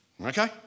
okay